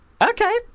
okay